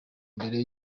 mbere